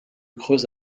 creuse